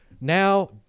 Now